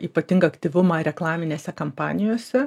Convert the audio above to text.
ypatingą aktyvumą reklaminėse kampanijose